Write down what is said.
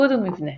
תפקוד ומבנה